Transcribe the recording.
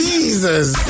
Jesus